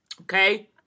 okay